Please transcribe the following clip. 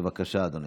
בבקשה, אדוני.